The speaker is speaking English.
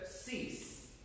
cease